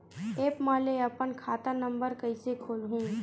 App म ले अपन खाता नम्बर कइसे खोलहु?